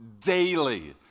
daily